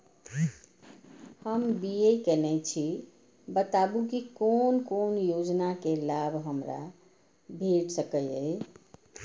हम बी.ए केनै छी बताबु की कोन कोन योजना के लाभ हमरा भेट सकै ये?